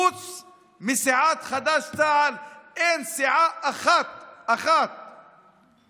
חוץ מסיעת חד"ש-תע"ל אין סיעה אחת במשכן